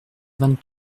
vingt